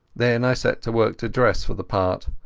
then i set to work to dress for the part.